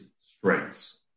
Strengths